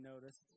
noticed